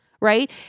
right